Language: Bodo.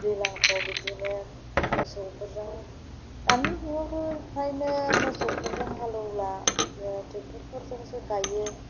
दैज्लांफ्राव बिदिनो मोसौफोरजों दानि जुगावथ' फ्रायनो मोसौफोरजों हालेवला ट्रेक्ट'रफोरजोंसो गायो